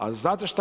A znate što?